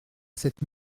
cette